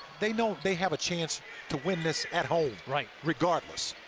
they know they have a chance to win this at home. right. regardless.